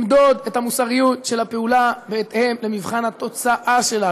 למדוד את המוסריות של הפעולה בהתאם למבחן התוצאה שלה.